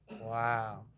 Wow